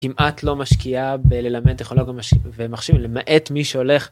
אם את לא משקיעה בללמד טכנולוגיה ומחשבים למעט מי שהולך.